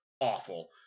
awful